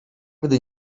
gdy